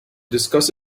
discuss